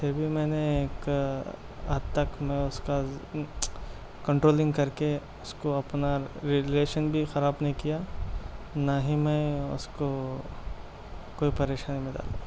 پھر بھی میں نے ایک حد تک میں اس کا کنٹرولنگ کر کے اس کو اپنا ریلیشن بھی خراب نہیں کیا نہ ہی میں اس کو کوئی پریشانی میں ڈالا